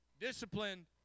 Discipline